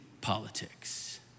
politics